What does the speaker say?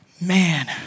man